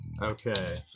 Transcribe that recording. Okay